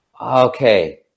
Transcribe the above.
okay